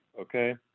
okay